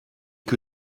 que